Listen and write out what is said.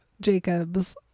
Jacob's